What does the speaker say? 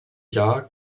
jahr